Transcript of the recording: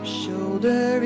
shoulder